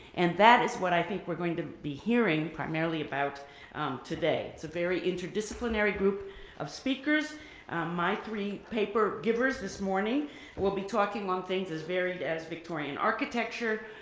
and that is what i think we're going to be hearing primarily about today. it's a very interdisciplinary group of speakers my three paper givers this morning will be talking on things as varied as victorian architecture,